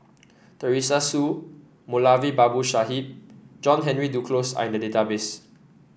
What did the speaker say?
Teresa Hsu Moulavi Babu Sahib John Henry Duclos are in the database